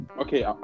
okay